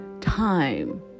time